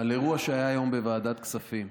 אירוע שהיה היום בוועדת הכספים.